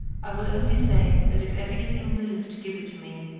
i will only say that if ever you feel moved to give it to me,